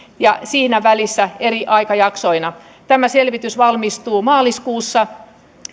ja sitä ennen eri aikajaksoina tämä selvitys valmistuu maaliskuussa